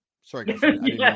Sorry